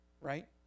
Right